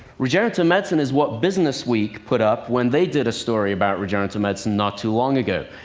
regenerative medicine is what business week put up when they did a story about regenerative medicine not too long ago.